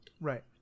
Right